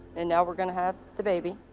and now we're gonna have the baby,